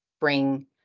bring